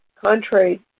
contrary